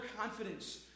confidence